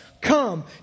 come